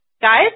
Guys